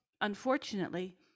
unfortunately